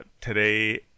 today